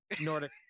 nordic